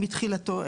מתחילתו,